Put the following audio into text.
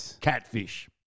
catfish